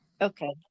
Okay